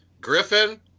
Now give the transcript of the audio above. Griffin